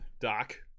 Doc